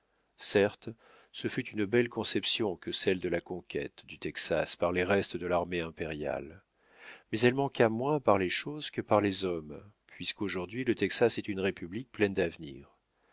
certes ce fut une belle conception que celle de la conquête du texas par les restes de l'armée impériale mais elle manqua moins par les choses que par les hommes puisqu'aujourd'hui le texas est une république pleine d'avenir